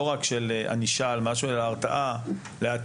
לא רק של ענישה על משהו אלא הרתעה לעתיד,